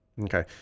Okay